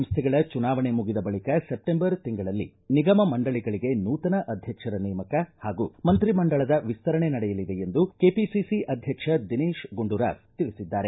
ನಗರ ಸ್ವೀಯ ಸಂಸ್ಥೆಗಳ ಚುನಾವಣೆ ಮುಗಿದ ಬಳಕ ಸೆಪ್ಟೆಂಬರ್ ತಿಂಗಳಲ್ಲಿ ನಿಗಮ ಮಂಡಳಿಗಳಿಗೆ ನೂತನ ಅಧ್ಯಕ್ಷರ ನೇಮಕ ಹಾಗೂ ಮಂತ್ರಿಮಂಡಳದ ವಿಸ್ತರಣೆ ನಡೆಯಲಿದೆ ಎಂದು ಕೆಪಿಸಿಸಿ ಅಧ್ಯಕ್ಷ ದಿನೇತ್ ಗುಂಡೂರಾವ್ ತಿಳಿಸಿದ್ದಾರೆ